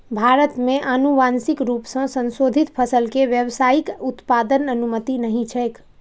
भारत मे आनुवांशिक रूप सं संशोधित फसल के व्यावसायिक उत्पादनक अनुमति नहि छैक